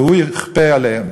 והוא יכפה עליהם.